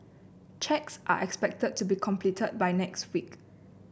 checks are expected to be completed by next week